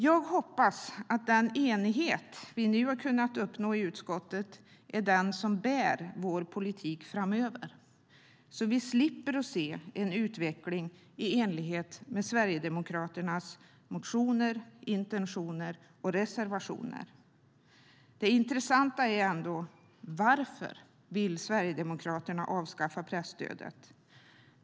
Jag hoppas att den enighet vi nu har kunnat uppnå i utskottet kommer att bära vår politik framöver, så vi slipper se en utveckling i enlighet med Sverigedemokraternas motioner, intentioner och reservationer. Det intressanta är ändå varför Sverigedemokraterna vill avskaffa presstödet.